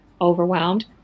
overwhelmed